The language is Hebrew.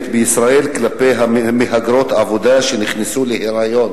בישראל כלפי מהגרות עבודה שנכנסו להיריון,